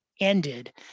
ended